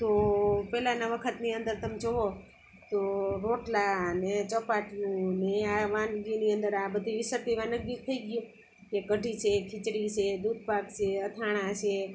તો પહેલાંના વખતની અંદર તમે જુઓ તો રોટલા ને ચપાટીઓ ને આ વાનગીની અંદર આ બધી વિસરાતી વાનગી જ થઈ ગયું કે કઢી છે ખીચડી છે દૂધપાક છે અથાણાં છે